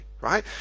right